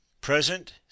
Present